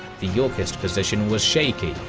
the yorkist position was shaky,